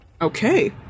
Okay